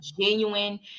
genuine